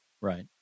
Right